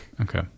Okay